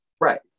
Right